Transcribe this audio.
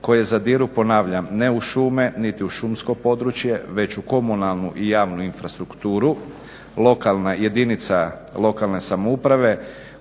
koje zadiru, ponavljam ne u šume niti u šumsko područje, već u komunalnu i javnu infrastrukturu. Lokalna jedinica, jedinica lokalne samouprave